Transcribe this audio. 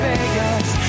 Vegas